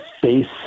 face